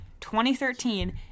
2013